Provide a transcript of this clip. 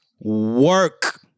work